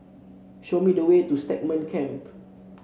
show me the way to Stagmont Camp